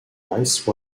ice